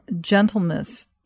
gentleness